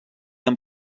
amb